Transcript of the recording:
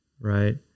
right